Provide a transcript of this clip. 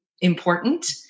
important